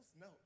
No